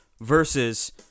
versus